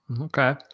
Okay